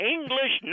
English